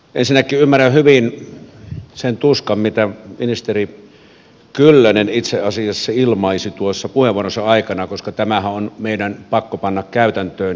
ensinnäkin ymmärrän hyvin sen tuskan mitä ministeri kyllönen itse asiassa ilmaisi puheenvuoronsa aikana koska tämähän on meidän pakko panna käytäntöön